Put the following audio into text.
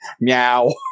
Meow